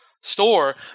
store